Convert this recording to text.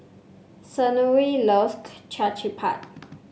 Senora loves Chapati